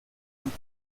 und